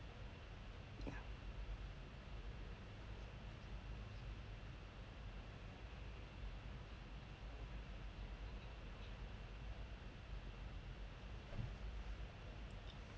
yeah